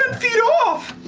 and feet off!